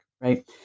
right